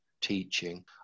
teaching